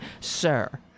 Sir